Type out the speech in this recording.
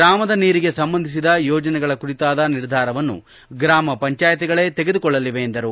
ಗ್ರಾಮದ ನೀರಿಗೆ ಸಂಬಂಧಿಸಿದ ಯೋಜನೆಗಳ ಕುರಿತಾದ ನಿರ್ಧಾರವನ್ನು ಗ್ರಾಮಪಂಚಾಯತಿಗಳೇ ತೆಗೆದುಕೊಳ್ಳಲಿವೆ ಎಂದರು